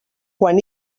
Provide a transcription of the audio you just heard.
quan